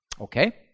Okay